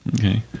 Okay